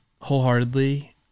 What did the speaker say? wholeheartedly